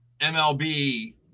MLB